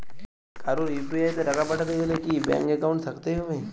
কারো ইউ.পি.আই তে টাকা পাঠাতে গেলে কি ব্যাংক একাউন্ট থাকতেই হবে?